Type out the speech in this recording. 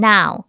Now